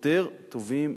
יותר טובים,